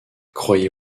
croyez